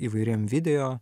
įvairiem video